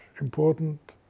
important